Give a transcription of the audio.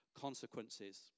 consequences